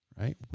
right